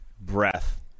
breath